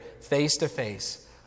face-to-face